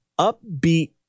upbeat